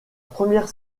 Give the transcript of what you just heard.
première